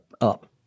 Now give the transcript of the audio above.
up